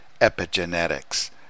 epigenetics